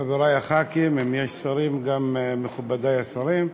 חברי חברי הכנסת, אם יש שרים, גם מכובדי השרים,